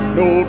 no